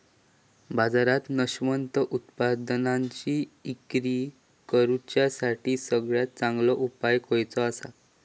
बाजारात नाशवंत उत्पादनांची इक्री करुच्यासाठी सगळ्यात चांगलो उपाय खयचो आसा?